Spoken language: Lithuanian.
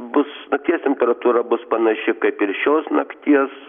bus nakties temperatūra bus panaši kaip ir šios nakties